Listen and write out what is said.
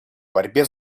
борьбе